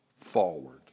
forward